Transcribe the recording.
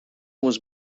was